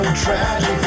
Tragic